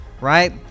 Right